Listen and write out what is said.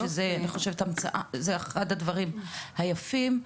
שזה אחד הדברים היפים,